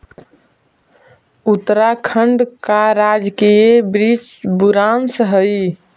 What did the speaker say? उत्तराखंड का राजकीय वृक्ष बुरांश हई